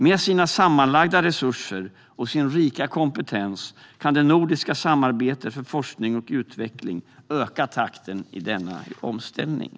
Med sina sammanlagda resurser och sin rika kompetens kan det nordiska samarbetet för forskning och utveckling öka takten i denna omställning.